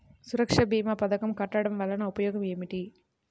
సురక్ష భీమా పథకం కట్టడం వలన ఉపయోగం ఏమిటి?